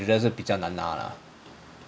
五星的实在是比较难拿 lah